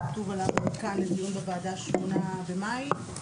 לדיון של ה-08 במאי.